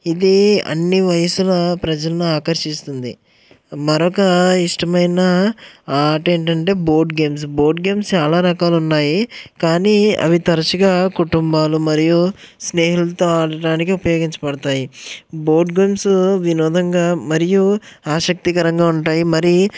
ఇది అన్ని వయసుల ప్రజల్ని ఆకర్షిస్తుంది మరొక ఇష్టమైన ఆట ఏంటంటే బోర్డ్ గేమ్స్ బోర్డ్ గేమ్స్ చాలా రకాలు ఉన్నాయి కానీ అవి తరచుగా కుటుంబాలు మరియు స్నేహితులతో ఆడటానికి ఉపయోగించబడతాయి బోర్డ్ గేమ్స్ వినోదంగా మరియు ఆసక్తికరంగా ఉంటాయి మరి